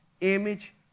image